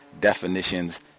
definitions